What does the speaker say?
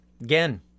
Again